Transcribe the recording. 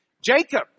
Jacob